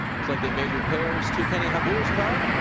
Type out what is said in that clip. like they made repairs to kenny habul's car.